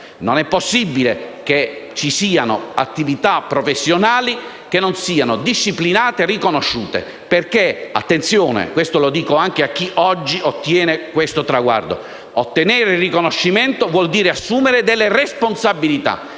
Non è possibile che ci siano attività professionali che non siano disciplinate e riconosciute perché - attenzione, mi rivolgo anche a chi oggi ottiene questo traguardo - ottenere il riconoscimento vuol dire assumere delle responsabilità